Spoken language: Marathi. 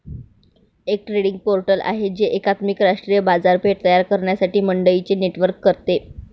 एक ट्रेडिंग पोर्टल आहे जे एकात्मिक राष्ट्रीय बाजारपेठ तयार करण्यासाठी मंडईंचे नेटवर्क करते